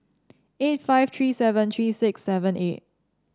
eight five three seven three six seven eight